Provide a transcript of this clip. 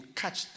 catch